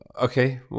Okay